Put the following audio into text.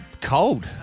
cold